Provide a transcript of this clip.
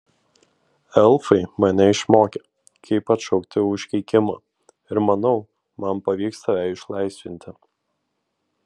elfai mane išmokė kaip atšaukti užkeikimą ir manau man pavyks tave išlaisvinti